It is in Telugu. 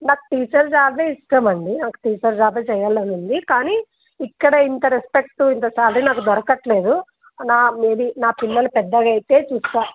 నాకు టీచర్ జాబే ఇష్టమండి నాకు టీచర్ జాబే చేయాలనుంది కానీ ఇక్కడ ఇంత రెస్పెక్ట్ ఇంత శాలరీ నాకు దొరకట్లేదు నా మేబీ నా పిల్లలు పెద్దయితే చూస్తా